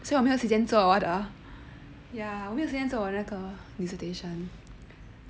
so 我没有时间做我的 ya 我没有时间做我的 dissertation